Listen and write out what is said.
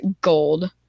gold